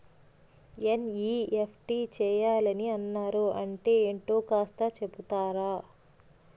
NEFT చేయాలని అన్నారు అంటే ఏంటో కాస్త చెపుతారా?